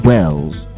Wells